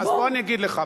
אז בוא אני אגיד לך,